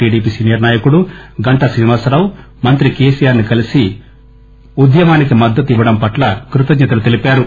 TDP senior నాయకుడు గంటా శ్రీనివాసరావు మంత్రి KTR ని కలిసి ఉద్యమానికి మద్గతు ఇవ్వడం పట్ల కృతజ్ప తలు తెలిపారు